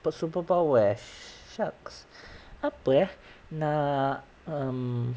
apa superpowers sucks apa ya nak um